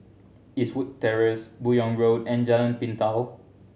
Eastwood Terrace Buyong Road and Jalan Pintau